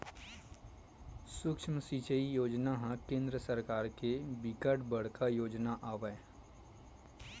सुक्ष्म सिचई योजना ह केंद्र सरकार के बिकट बड़का योजना हवय